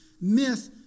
myth